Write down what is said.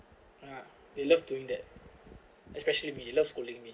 ya they love doing that especially they love scolding me